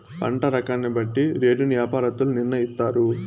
పంట రకాన్ని బట్టి రేటును యాపారత్తులు నిర్ణయిత్తారు